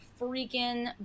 freaking